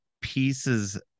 pieces